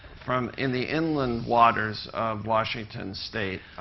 from in the inland waters of washington state?